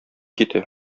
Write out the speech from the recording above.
китә